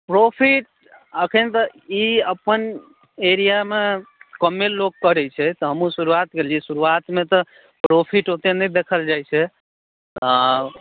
profit एखन तऽ ई अपन एरियामे कमे लोक करै छै तँ हमहूँ शुरुआत केलियै शुरुआतमे तँ प्रौफिट ओतेक नहि देखल जाइ छै आँ